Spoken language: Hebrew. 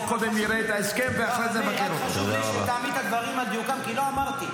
קודם נראה את ההסכם ואחרי זה נבקר אותו.